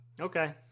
Okay